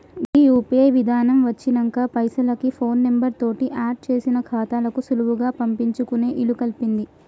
గీ UPI విధానం వచ్చినంక పైసలకి ఫోన్ నెంబర్ తోటి ఆడ్ చేసిన ఖాతాలకు సులువుగా పంపించుకునే ఇలుకల్పింది